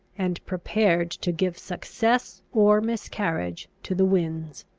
and prepared to give success or miscarriage to the winds.